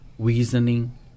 reasoning